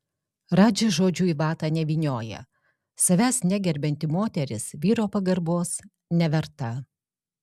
radži žodžių į vatą nevynioja savęs negerbianti moteris vyro pagarbos neverta